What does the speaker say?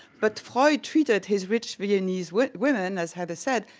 but freud treated his rich viennese women, as heather said,